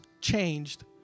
changed